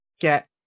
get